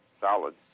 solid